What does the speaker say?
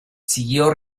siguió